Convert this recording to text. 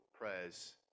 prayers